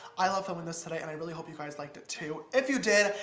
i loved filming this today, and i really hope you guys liked it, too. if you did,